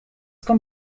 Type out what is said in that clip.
con